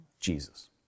Jesus